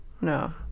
No